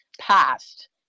past